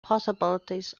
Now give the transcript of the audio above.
possibilities